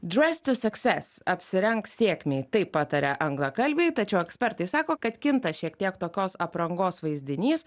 dress to success apsirenk sėkmei taip pataria anglakalbiai tačiau ekspertai sako kad kinta šiek tiek tokios aprangos vaizdinys